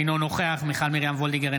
אינו נוכח מיכל מרים וולדיגר,